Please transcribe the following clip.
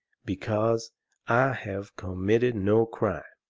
because i have committed no crime.